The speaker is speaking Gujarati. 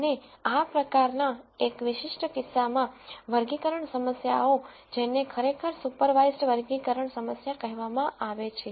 અને આ પ્રકારના એક વિશિષ્ટ કિસ્સામાં વર્ગીકરણ સમસ્યાઓ જેને ખરેખર સુપરવાઇસ્ડ વર્ગીકરણ સમસ્યા કહેવામાં આવે છે